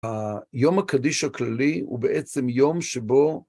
יום הקדיש הכללי הוא בעצם יום שבו